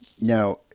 Now